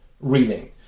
reading